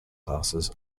classes